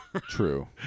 True